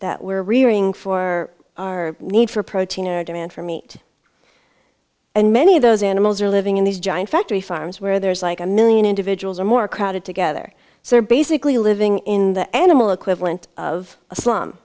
that were rearing for our need for protein or demand for meat and many of those animals are living in these giant factory farms where there's like a million individuals or more crowded together so they're basically living in the animal equivalent of